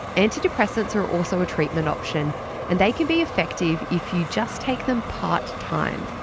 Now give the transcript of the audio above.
antidepressants are also a treatment option and they can be effective if you just take them part-time.